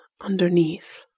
underneath